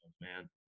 man